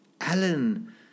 Alan